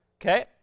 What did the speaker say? Okay